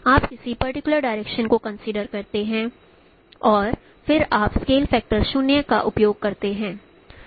आप किसी particular direction को कंसीडर करते हैं और फिर आप स्केल फैक्टर 0 का उपयोग करते हैं